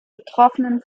betroffenen